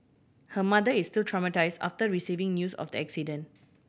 her mother is still traumatise after receiving news of the accident